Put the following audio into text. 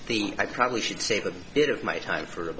the i probably should save a bit of my time for